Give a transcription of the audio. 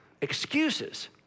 excuses